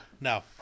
no